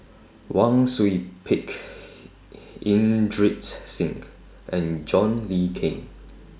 Wang Sui Pick Inderjit Singh and John Le Cain